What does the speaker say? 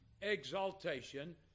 exaltation